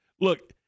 Look